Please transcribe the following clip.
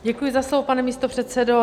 Děkuji za slovo, pane místopředsedo.